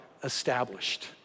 established